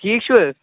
ٹھیٖک چھُو حظ